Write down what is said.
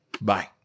Bye